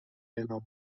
ناممکن